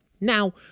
Now